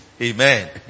Amen